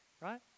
right